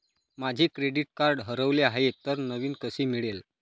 माझे credit card हरवले आहे तर नवीन कसे मिळेल?